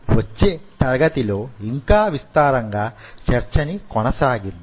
వచ్చే తరగతిలో ఇంకా విస్తారంగా చర్చని కొనసాగిద్దాం